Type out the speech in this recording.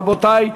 רבותי.